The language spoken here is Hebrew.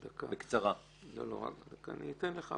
אני אתן לך,